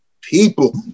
people